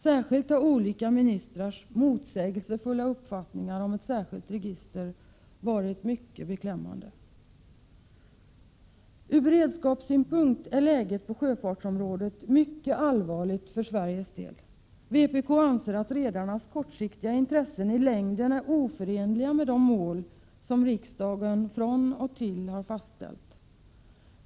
Särskilt har olika ministrars motsägelsefulla uppfattningar om ett särskilt register varit beklämmande. Ur beredskapssynpunkt är läget på sjöfartsområdet mycket allvarligt för Sveriges del. Vpk anser att redarnas kortsiktiga intressen i längden är oförenliga med de mål som riksdagen av och till har fastställt.